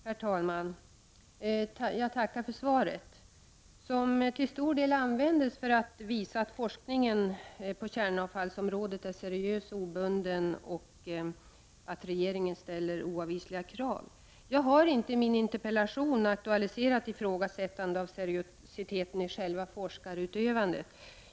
Herr talman! Jag tackar för svaret, som statsrådet till stor del använder för att visa att forskningen på kärnavfallsområdet är seriös och obunden och att regeringen ställer oavvisliga krav. Jag har i min interpellation inte ifrågasatt det seriösa i själva forskningen.